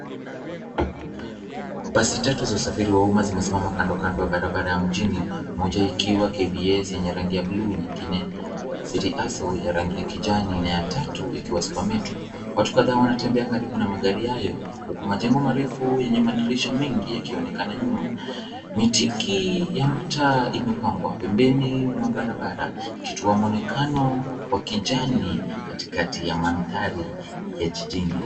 Basi tatu za usafiri wa umma zimesimama kando kando wa barabara wa mjini, moja ikiwa KBS yenye rangi ya blue , nyingine Citi hustle ya rangi ya kijani na ya tatu ikiwa Super metro . Watu kadhaa wanatembea karibu na magari hayo, huku majengo marefu yenye madirisha mengi yakionekana nyuma. Mitiki ya mtaa imepangwa pembeni mwa barabara. Kituo wa mwonekano wa kijani katikati ya mandhari ya jijini.